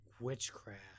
witchcraft